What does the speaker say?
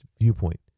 viewpoint